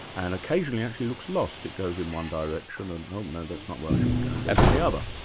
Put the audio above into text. and occasionally actually looks lost. it goes in one direction and oh no, that's not where i should be going, and goes in the other.